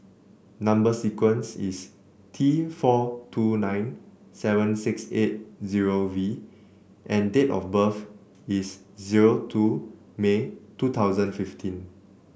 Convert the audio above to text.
number sequence is T four two nine seven six eight zero V and date of birth is zero two May two thousand fifteen